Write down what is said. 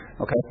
Okay